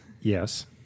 Yes